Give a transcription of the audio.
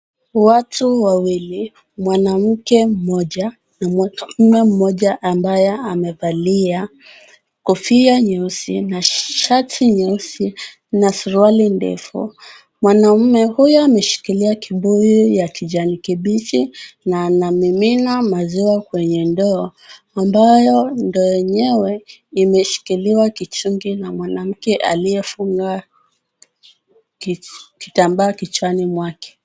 Watu wawili mwanamke mmoja na mwanamume mmoja ambaye amevalia kofia nyeusi na shati nyeusi na suruali ndefu, mwanamume huyo ameshikilia kibuyu ya kijani kibichi na anamimina maziwa kwenye ndoo ambayo ndoo yenyewe imeshikiliwa kichungi na mwanamke aliyefunga kitambaa kichwani mwake.